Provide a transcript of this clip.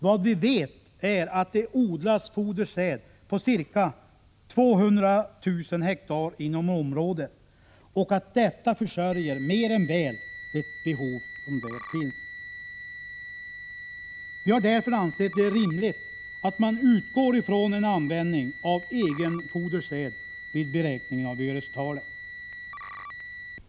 Vad vi vet är att det odlas fodersäd på ca 200 000 hektar inom området och att detta mer än väl försörjer det behov som finns. Vi har därför ansett det rimligt att man utgår ifrån en användning av egen fodersäd vid beräkningen av örestalet.